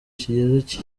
kigeze